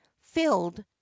filled